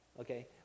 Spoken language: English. Okay